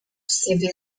civil